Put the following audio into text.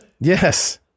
Yes